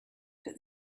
that